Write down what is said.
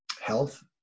health